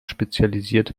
spezialisiert